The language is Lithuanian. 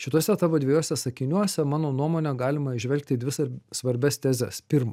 šituose tavo dvejuose sakiniuose mano nuomone galima įžvelgti į dvi sar svarbias tezes pirma